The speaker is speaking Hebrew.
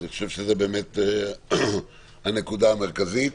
אני חושב שזאת באמת הנקודה המרכזית.